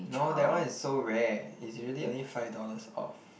no that one is so rare it's usually only five dollars off